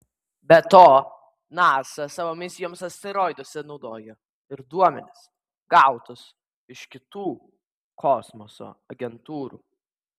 be to nasa savo misijoms asteroiduose naudoja ir duomenis gautus iš kitų kosmoso agentūrų